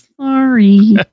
Sorry